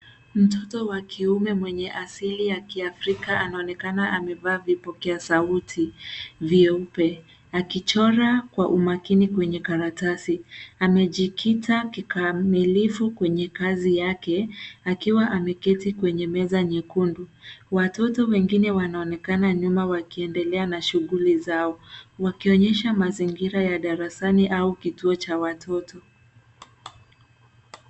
Mtoto wa kiume mwenye asili ya kiafrika anaonekana amevaa vipokea sauti vyeupe, akichora kwa umakini kwenye karatasi. Amejikita kikamilifu kwenye kazi yake akiwa ameketi kwenye meza nyekundu. Watoto wengine wanaonekana nyuma wakiendelea na shughuli zao wakionyesha mazingira ya darasani au kituo cha watoto.